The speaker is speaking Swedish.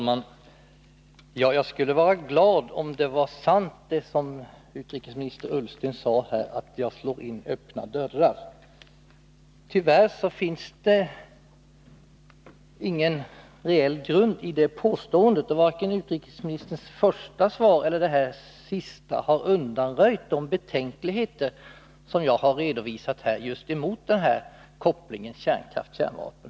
Herr talman! Jag skulle vara glad om det som utrikesministern sade om att jag slog in öppna dörrar var sant. Tyvärr finns det ingen reell grund i det påståendet. Varken utrikesministerns första svar eller det senaste har undanröjt de betänkligheter jag har redovisat just när det gäller kopplingen kärnkraft-kärnvapen.